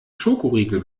schokoriegel